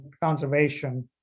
conservation